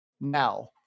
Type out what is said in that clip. now